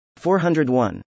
401